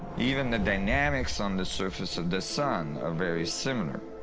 even the dynamics on the surface of the sun are very similar.